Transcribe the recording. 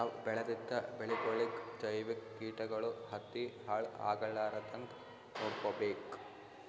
ನಾವ್ ಬೆಳೆದಿದ್ದ ಬೆಳಿಗೊಳಿಗಿ ಜೈವಿಕ್ ಕೀಟಗಳು ಹತ್ತಿ ಹಾಳ್ ಆಗಲಾರದಂಗ್ ನೊಡ್ಕೊಬೇಕ್